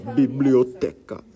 biblioteca